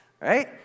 Right